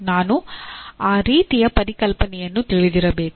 ನಾನು ಆ ರೀತಿಯ ಪರಿಕಲ್ಪನೆಯನ್ನು ತಿಳಿದಿರಬೇಕು